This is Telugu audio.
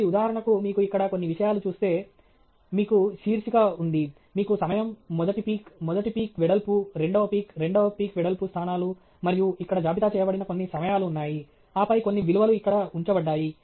కాబట్టి ఉదాహరణకు మీరు ఇక్కడ కొన్ని విషయాలు చూస్తే మీకు శీర్షిక ఉంది మీకు సమయం మొదటి పీక్ మొదటి పీక్ వెడల్పు రెండవ పీక్ రెండవ పీక్ వెడల్పు స్థానాలు మరియు ఇక్కడ జాబితా చేయబడిన కొన్ని సమయాలు ఉన్నాయి ఆపై కొన్ని విలువలు ఇక్కడ ఉంచబడ్డాయి